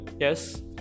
Yes